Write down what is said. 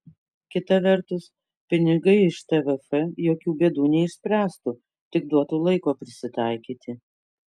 kita vertus pinigai iš tvf jokių bėdų neišspręstų tik duotų laiko prisitaikyti